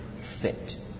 fit